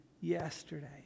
yesterday